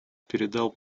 передал